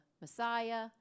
Messiah